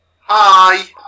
Hi